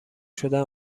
شدن